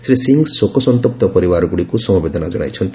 ଶ୍ରୀ ସିଂହ ଶୋକସନ୍ତପ୍ତ ପରିବାରଗୁଡ଼ିକୁ ସମବେଦନା କଣାଇଛନ୍ତି